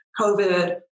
COVID